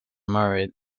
married